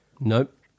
Nope